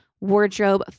wardrobe